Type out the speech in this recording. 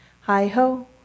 Hi-ho